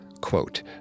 quote